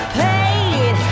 paid